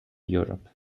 europe